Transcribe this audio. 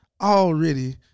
already